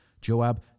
Joab